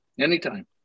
Anytime